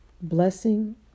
Blessing